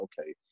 okay